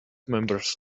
members